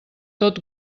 tot